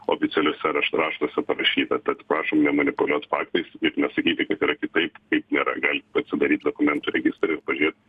oficialiuose raštuose parašyta tad prašom nemanipuliuot faktais ir nesakyti kad yra kitaip taip nėra galit atsidaryt dokumentų registrą ir pažiūrėt